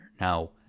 Now